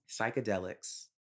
psychedelics